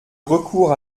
recours